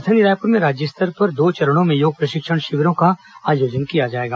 राजधानी रायपुर में राज्य स्तर पर दो चरणों में योग प्रशिक्षण शिविरों का आयोजन किया जाएगा